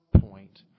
point